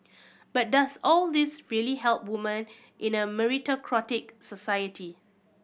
but does all this really help women in a meritocratic society